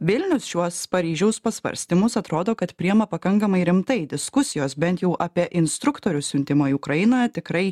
vilnius šiuos paryžiaus pasvarstymus atrodo kad priima pakankamai rimtai diskusijos bent jau apie instruktorių siuntimą į ukrainą tikrai